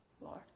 Lord